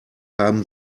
haben